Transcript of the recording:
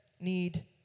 need